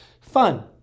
Fun